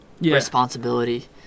responsibility